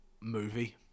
movie